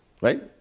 Right